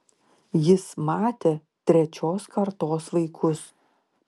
jis matė trečios kartos vaikus